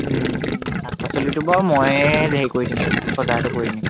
শাক পাচলিটো বাৰু মইয়ে হেৰি কৰি দিম বজাৰটো কৰি আনিম